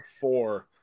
four